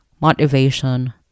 motivation